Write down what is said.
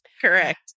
correct